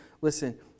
listen